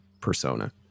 persona